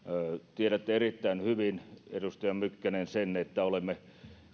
tiedätte erittäin hyvin sen edustaja mykkänen että olemme